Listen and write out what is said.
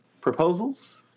proposals